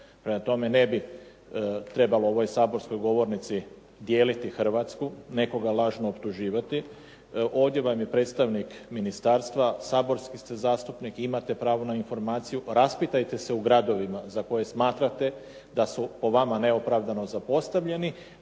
Prema tome, ne bi trebalo u ovoj saborskoj govornici dijeliti Hrvatsku, nekoga lažno optuživati. Ovdje vam je predstavnik ministarstva, saborski ste zastupnik, imate pravo na informaciju. Raspitajte se u gradovima za koje smatrate da su po vama neopravdano zapostavljeni